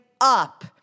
up